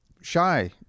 Shy